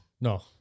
No